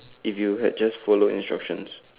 if you had just followed instructions